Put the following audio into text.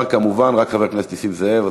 נותר כמובן רק חבר הכנסת נסים זאב.